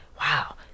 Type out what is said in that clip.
wow